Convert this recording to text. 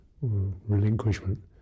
relinquishment